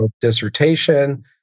dissertation